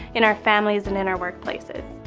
in our families, and in our workplaces.